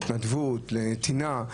התנדבות, נתינה.